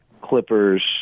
Clippers